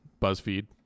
Buzzfeed